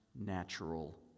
natural